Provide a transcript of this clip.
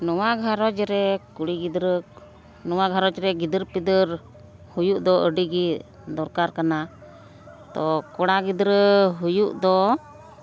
ᱱᱚᱣᱟ ᱜᱷᱟᱨᱚᱸᱡᱽ ᱨᱮ ᱠᱩᱲᱤ ᱜᱤᱫᱽᱨᱟᱹ ᱱᱚᱣᱟ ᱜᱷᱟᱨᱚᱸᱡᱽ ᱨᱮ ᱜᱤᱫᱟᱹᱨᱼᱯᱤᱫᱟᱹᱨ ᱦᱩᱭᱩᱜ ᱫᱚ ᱟᱹᱰᱤᱜᱮ ᱫᱚᱨᱠᱟᱨ ᱠᱟᱱᱟ ᱛᱳ ᱠᱚᱲᱟ ᱜᱤᱫᱽᱨᱟᱹ ᱦᱩᱭᱩᱜ ᱫᱚ